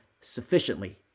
sufficiently